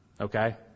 Okay